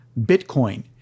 Bitcoin